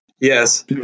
Yes